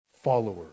follower